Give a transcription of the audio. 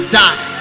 die